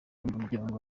umuryango